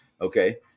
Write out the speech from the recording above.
Okay